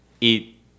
eat